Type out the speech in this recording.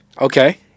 Okay